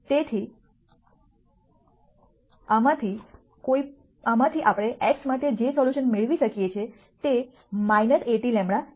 તેથી આમાંથી આપણે x માટે જે સોલ્યુશન મેળવી શકીએ છીએ જે Aᵀ λ છે